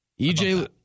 EJ